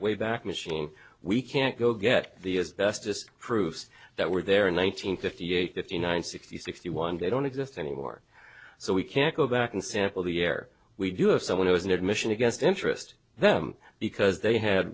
wayback machine we can't go get the bestest proofs that were there in one nine hundred fifty eight fifty nine sixty sixty one they don't exist anymore so we can't go back and sample the air we do have someone who has an admission against interest them because they had